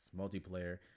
multiplayer